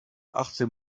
achtzehn